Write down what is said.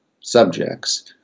subjects